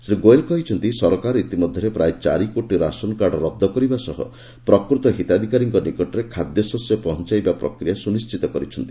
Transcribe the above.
ଶ୍ରୀ ଗୋଏଲ କହିଛନ୍ତି ସରକାର ଇତିମଧ୍ୟରେ ପ୍ରାୟ ଚାରି କୋଟି ରାସନକାର୍ଡ ରଦ୍ଦ କରିବା ସହ ପ୍ରକୃତ ହିତାଧିକାରୀଙ୍କ ନିକଟରେ ଖାଦ୍ୟଶସ୍ୟ ପହଞ୍ଚାଇବା ପ୍ରକ୍ରିୟା ସୁନିଶ୍ଚିତ କରିଛନ୍ତି